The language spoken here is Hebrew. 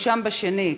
מואשם בשנית,